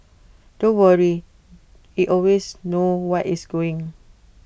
don't worry IT always knows what it's doing